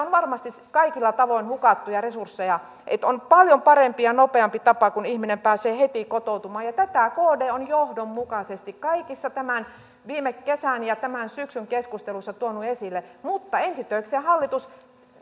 on varmasti kaikilla tavoin hukattuja resursseja on paljon parempi ja nopeampi tapa kun ihminen pääsee heti kotoutumaan ja tätä kd on johdonmukaisesti kaikissa viime kesän ja tämän syksyn keskusteluissa tuonut esille mutta ensi töikseen hallitus